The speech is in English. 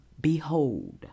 behold